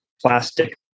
plastic